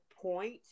point